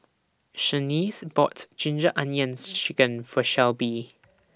Shaniece bought Ginger Onions Chicken For Shelby